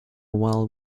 while